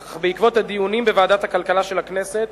אך בעקבות הדיונים בוועדת הכלכלה של הכנסת,